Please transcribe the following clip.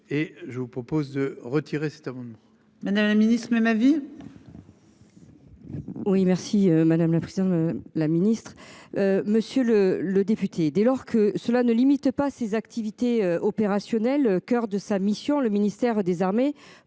Et je vous propose de retirer cet amendement. Madame la Ministre même vie. Oui merci madame la impression la ministre. Monsieur le le député dès lors que cela ne limite pas ses activités opérationnelles coeur de sa mission. Le ministère des Armées